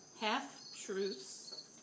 half-truths